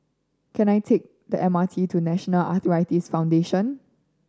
can I take the M R T to National Arthritis Foundation